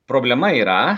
problema yra